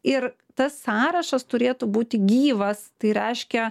ir tas sąrašas turėtų būti gyvas tai reiškia